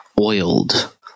oiled